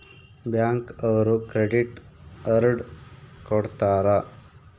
bank ಅವ್ರು credit card ಕೊಡ್ತಾರ